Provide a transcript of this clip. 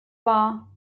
wahr